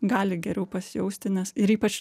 gali geriau pasijausti nes ir ypač